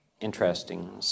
interesting